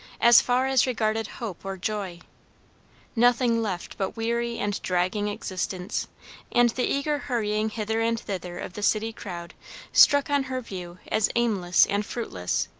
as far as regarded hope or joy nothing left but weary and dragging existence and the eager hurrying hither and thither of the city crowd struck on her view as aimless and fruitless,